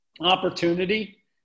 opportunity